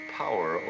power